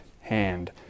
hand